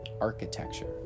architecture